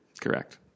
Correct